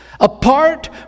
Apart